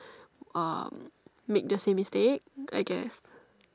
um make the same mistake I guess